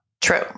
True